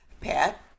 Pat